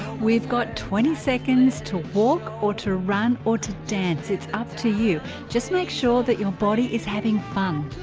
we've got twenty seconds to walk or to run or to dance it's up to you just make sure that you body is having fun